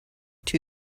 two